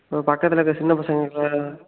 ம் பக்கத்தில் இருக்க சின்ன பசங்ககிட்ட